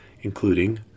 including